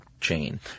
chain